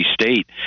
State